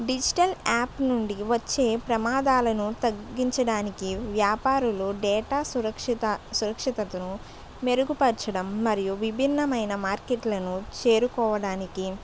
digital app నుండి వచ్చే ప్రమాదాలను తగ్గించడానికి వ్యాపారులు డేటా సురక్షిత సురక్షితను మెరుగుపరచడం మరియు విభిన్నమైన మార్కెట్లను చేరుకోవడానికి